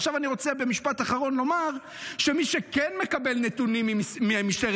עכשיו אני רוצה במשפט אחרון לומר שמי שכן מקבל נתונים ממשטרת